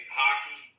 hockey